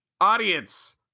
audience